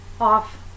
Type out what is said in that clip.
off